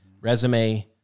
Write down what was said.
resume